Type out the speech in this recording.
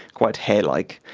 quite hairlike,